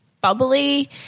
bubbly